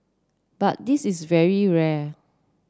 but this is very rare